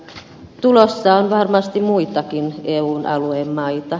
tulossa on varmasti muitakin eun alueen maita